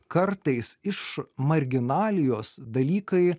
kartais iš marginalijos dalykai